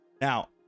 Now